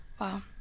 Wow